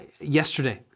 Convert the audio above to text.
yesterday